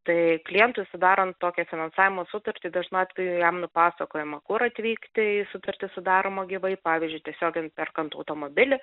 tai klientui sudarant tokią finansavimo sutartį dažnu atveju jam nupasakojama kur atvykti jei sutartis sudaroma gyvai pavyzdžiui tiesiogiai perkant automobilį